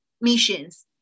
missions